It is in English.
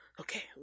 okay